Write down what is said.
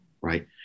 right